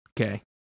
Okay